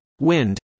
wind